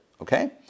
okay